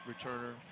returner